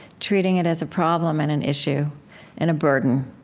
treating it as a problem and an issue and a burden,